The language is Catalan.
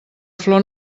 flor